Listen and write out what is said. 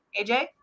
AJ